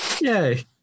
yay